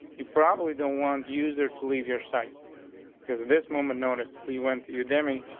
you probably don't want user to leave your side because of this moment. notice we went to your demi,